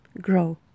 Grow